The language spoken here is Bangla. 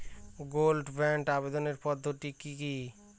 গোল্ড বন্ডে আবেদনের পদ্ধতিটি কি?